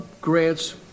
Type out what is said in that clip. grants